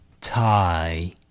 tie